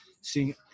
seeing